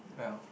well